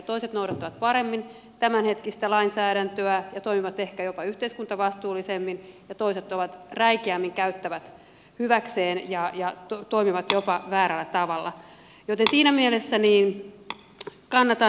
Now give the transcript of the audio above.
toiset noudattavat paremmin tämänhetkistä lainsäädäntöä ja toimivat ehkä jopa yhteiskuntavastuullisemmin ja toiset räikeämmin käyttävät hyväkseen ja toimivat jopa väärällä tavalla joten siinä mielessä niin kannattaa